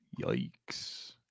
Yikes